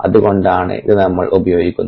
അത്കൊണ്ടാണ് ഇത് നമ്മൾ ഉപയോഗിക്കുന്നത്